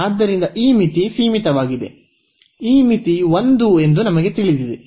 ಆದ್ದರಿಂದ ಈ ಮಿತಿ ಸೀಮಿತವಾಗಿದೆ ಈ ಮಿತಿ 1 ಎಂದು ನಮಗೆ ತಿಳಿದಿದೆ